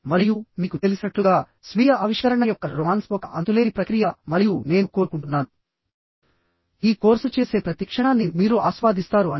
మరియు మీకు తెలిసినట్లుగా స్వీయ ఆవిష్కరణ యొక్క రొమాన్స్ ఒక అంతులేని ప్రక్రియ మరియు నేను కోరుకుంటున్నాను ఈ కోర్సు చేసే ప్రతి క్షణాన్ని మీరు ఆస్వాదిస్తారు అని